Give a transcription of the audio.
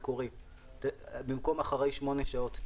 במקום אחרי 8 שעות,